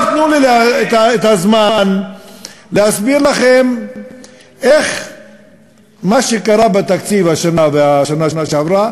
תנו לי את הזמן להסביר לכם איך מה שקרה בתקציב השנה ובשנה שעברה